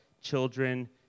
children